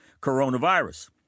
coronavirus